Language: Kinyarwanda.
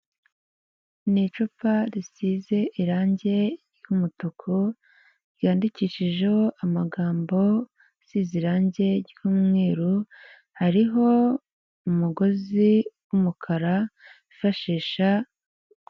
Ni icupa risize irangi ry'umutuku ryandikishijeho amagambo asize irangi ry'umweru, hariho umugozi w'umukara bifashisha